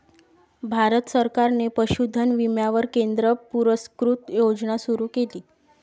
भारत सरकारने पशुधन विम्यावर केंद्र पुरस्कृत योजना सुरू केली